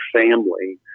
family